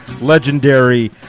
legendary